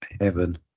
heaven